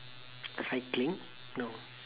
cycling no